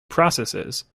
processes